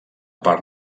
part